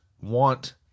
want